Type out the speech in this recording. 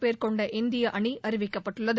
பேர் கொண்ட இந்திய அணி அறிவிக்கப்பட்டுள்ளது